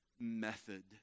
method